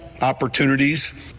opportunities